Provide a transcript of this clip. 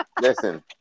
listen